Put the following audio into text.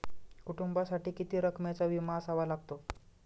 कुटुंबासाठी किती रकमेचा विमा असावा लागतो?